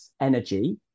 energy